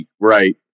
Right